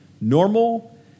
Normal